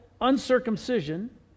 uncircumcision